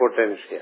potential